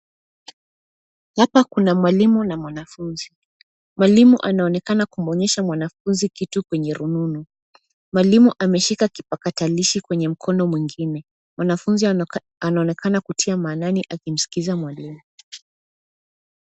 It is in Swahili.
Hapa kuna mwalimu na mwanafunzi, mwalimu anaonekana kumwonyesha mwanafunzi kitu kwenye rununu. Mwalimu ameshika kipakatalishi kwenye mkono mwingine, mwanafunzi anaonekana kutia maanani akimskiza mwalimu.